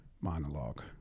monologue